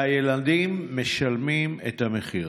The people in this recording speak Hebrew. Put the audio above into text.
והילדים משלמים את המחיר.